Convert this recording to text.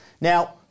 Now